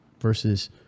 versus